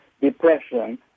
depression